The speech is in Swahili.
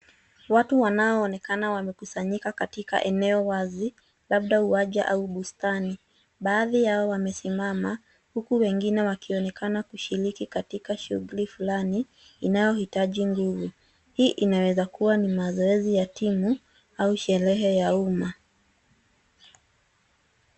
Watu wanaoonekana wamekusanyika katika eneo wazi labda uwanja au bustani. Baadhi yao wamesimama huku wengine wakionekana kushiriki katika shughuli fulani inayoitaji nguvu. Hii inaweza kuwa ni mazoezi ya timu au sherehe ya umma.